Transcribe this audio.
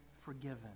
forgiven